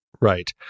Right